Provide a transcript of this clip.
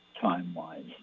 time-wise